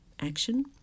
action